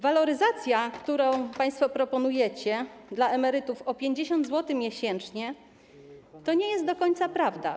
Waloryzacja, którą państwo proponujecie dla emerytów, o 50 zł miesięcznie to nie jest do końca prawda.